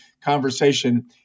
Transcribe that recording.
conversation